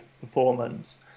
performance